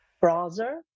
browser